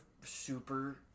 super